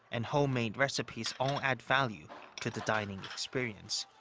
and home-made recipes all add value to the dining experience.